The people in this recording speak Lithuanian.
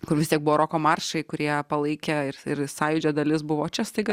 kur vis tiek buvo roko maršai kurie palaikė ir ir sąjūdžio dalis buvo o čia staiga